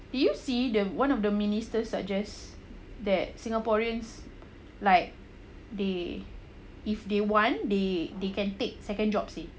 did you see the one of the ministers suggests that singaporeans like they if they want they they can take second jobs seh